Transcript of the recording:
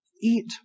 eat